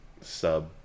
sub